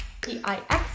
P-I-X